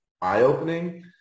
eye-opening